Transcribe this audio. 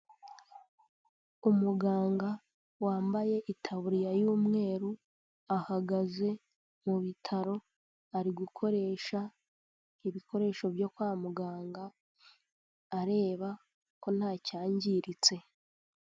Umuganga wambaye itaburiya y'umweru ahagaze mu bitaro, ari gukoresha ibikoresho byo kwa muganga areba ko nta cyangiritse.